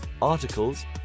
articles